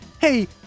hey